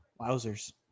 Wowzers